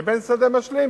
ובין שדה משלים,